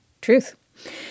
Truth